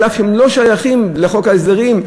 אף שהם לא שייכים לחוק ההסדרים,